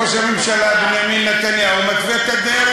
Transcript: ראש הממשלה בנימין נתניהו מתווה את הדרך,